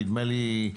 נדמה לי,